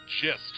gist